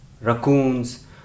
raccoons